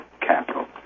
Capital